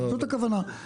זאת הכוונה.